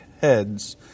heads